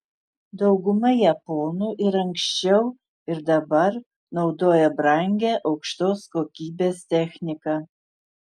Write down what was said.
dauguma japonų ir anksčiau ir dabar naudoja brangią aukštos kokybės techniką